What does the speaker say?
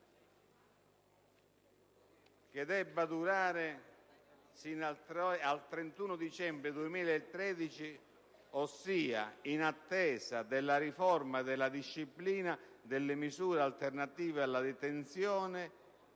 dice debba durare fino al 31 dicembre 2013, ossia in attesa della riforma della disciplina delle misure alternative alla detenzione